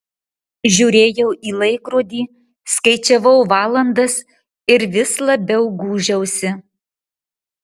žiūrėjau į laikrodį skaičiavau valandas ir vis labiau gūžiausi